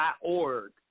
org